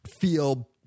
feel